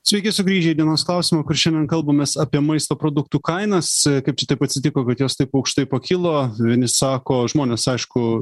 sveiki sugrįžę į dienos klausimą kur šiandien kalbamės apie maisto produktų kainas kaip čia taip atsitiko kad jos taip aukštai pakilo vieni sako žmonės aišku